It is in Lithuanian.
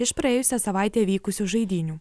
iš praėjusią savaitę vykusių žaidynių